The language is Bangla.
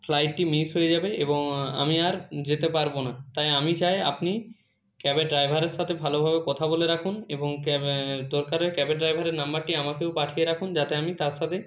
ফ্লাইটটি মিস হয়ে যাবে এবং আমি আর যেতে পারবো না তাই আমি চাই আপনি ক্যাবের ড্রাইভারের সাথে ভালোভাবে কথা বলে রাখুন এবং ক্যাবে দরকারে ক্যাবের ড্রাইভারের নাম্বারটি আমাকেও পাঠিয়ে রাখুন যাতে আমি তার সাথে